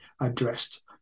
addressed